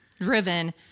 driven